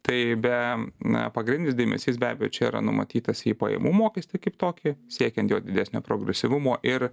tai be na pagrindinis dėmesys be abejo čia yra numatytas į pajamų mokestį kaip tokį siekiant jo didesnio progresyvumo ir